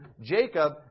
Jacob